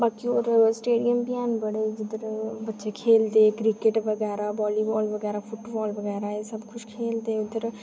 बाकी होर स्टेडियम बी है'न बड़े जिद्धर बच्चे खेल्लदे क्रिकेट बगैरा वालीबॉल बगैरा फुटबॉल बगैरा एह् सबकुछ खेल्लदे उद्धर